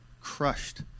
crushed